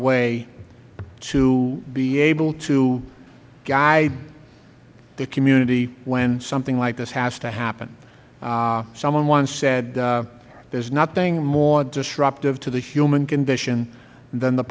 way to be able to guide the community when something like this has to happen someone once said there is nothing more disruptive to the human condition than the